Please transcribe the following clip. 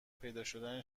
پیداشدن